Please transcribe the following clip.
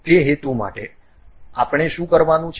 તે હેતુ માટે આપણે શું કરવાનું છે